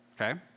okay